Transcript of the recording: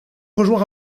rejoint